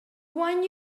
one